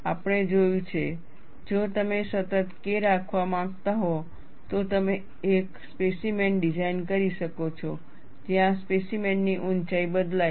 આપણે જોયું છે જો તમે સતત K રાખવા માંગતા હો તો તમે એક સ્પેસીમેન ડિઝાઇન કરી શકો છો જ્યાં સ્પેસીમેન ની ઊંચાઈ બદલાય છે